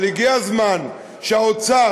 אבל הגיע הזמן שהאוצר,